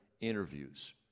interviews